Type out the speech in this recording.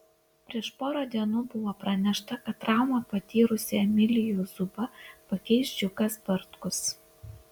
prieš porą dienų buvo pranešta kad traumą patyrusį emilijų zubą pakeis džiugas bartkus